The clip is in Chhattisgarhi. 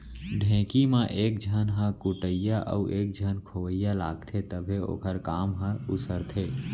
ढेंकी म एक झन ह कुटइया अउ एक झन खोवइया लागथे तभे ओखर काम हर उसरथे